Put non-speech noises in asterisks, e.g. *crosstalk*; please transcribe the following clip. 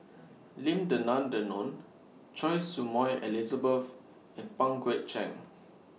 *noise* Lim Denan Denon Choy Su Moi Elizabeth and Pang Guek Cheng